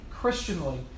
Christianly